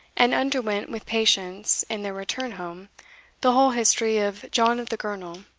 and underwent with patience in their return home the whole history of john of the girnel,